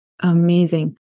Amazing